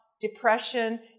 depression